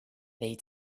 they